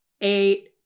eight